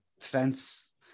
fence